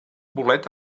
bolet